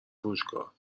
فروشگاه